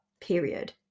period